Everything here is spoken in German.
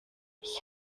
ich